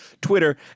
Twitter